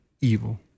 evil